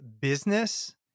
business